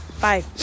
Bye